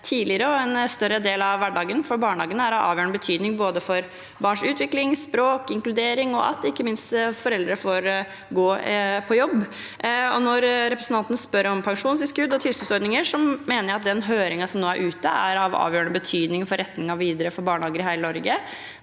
tidligere og i en større del av hverdagen. Barnehagene er av avgjørende betydning for barns utvikling, språk, inkludering og ikke minst at foreldre får gå på jobb. Representanten spør om pensjonstilskudd og tilskuddsordninger. Jeg mener den høringen som nå er ute, er av avgjørende betydning for retningen videre for barnehager i hele Norge.